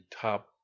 top